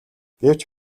гэвч